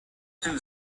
two